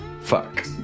Fuck